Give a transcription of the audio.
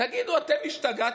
תגידו, אתם השתגעתם?